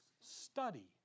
study